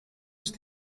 ist